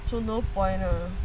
so no point lah